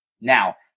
Now